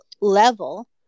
level